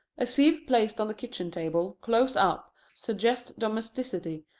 a sieve placed on the kitchen-table, close-up, suggests domesticity,